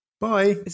Bye